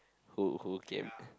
who who came